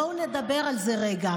בואו נדבר על זה רגע.